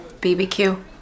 BBQ